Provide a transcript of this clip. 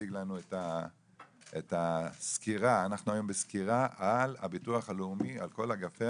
תציג לנו את הסקירה על הביטוח הלאומי על כל אגפיו.